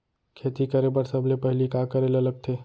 खेती करे बर सबले पहिली का करे ला लगथे?